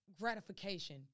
gratification